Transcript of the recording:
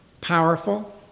powerful